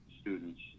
students